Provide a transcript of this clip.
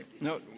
No